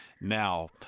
now